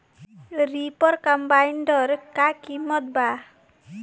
Reaper cum binder का किमत बा?